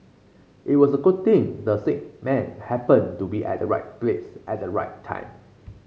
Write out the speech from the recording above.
it was a good thing the sick man happened to be at the right place at the right time